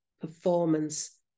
performance